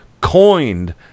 coined